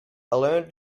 learned